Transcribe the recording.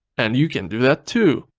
and you can do that too!